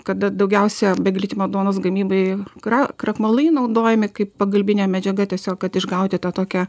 kada daugiausia be glitimo duonos gamybai kra krakmolui naudojami kaip pagalbinė medžiaga tiesiog kad išgauti tą tokią